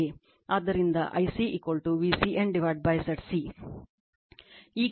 ಆದ್ದರಿಂದ I c VCN Z C